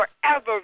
forever